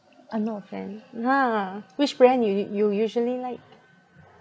a lot of them !hanna! which brand you you you usually like